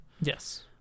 Yes